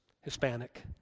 Hispanic